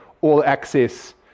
all-access